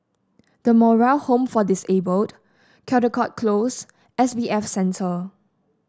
The Moral Home for Disabled Caldecott Close S B F Center